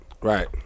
Right